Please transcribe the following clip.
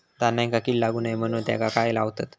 धान्यांका कीड लागू नये म्हणून त्याका काय लावतत?